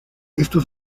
estos